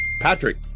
Patrick